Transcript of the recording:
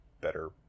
better